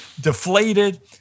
deflated